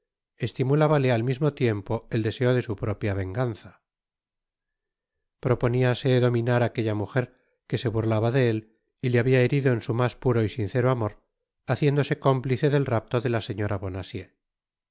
estimulábale al mismo tiempo el deseo de su propia venganza proponiase dominar á aquella mujer que se burlaba de él y le habia herido en su mas puro y sincero amor haciéndose cómplice del rapto de la señora